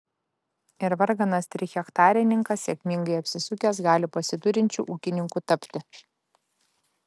ir varganas trihektarininkas sėkmingai apsisukęs gali pasiturinčiu ūkininku tapti